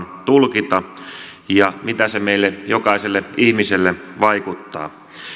tulkita ja mitä se meille jokaiselle ihmiselle vaikuttaa